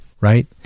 Right